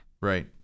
Right